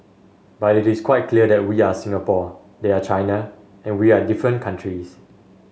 but it is quite clear that we are Singapore they are China and we are different countries